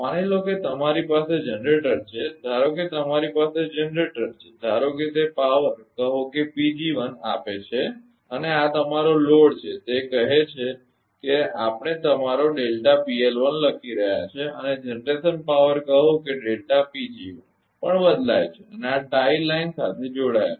માની લો કે તમારી પાસે જનરેટર છે ધારો કે તમારી પાસે જનરેટર છે ધારો કે તે પાવર કહો કે આપે છે અને આ તમારો લોડ છે તે કહે છે કે આપણે તમારો લખી રહ્યા છીએ અને જનરેશન પાવર કહો કે પણ બદલાય છે અને આ ટાઇ લાઈન જોડાયેલ છે